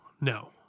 No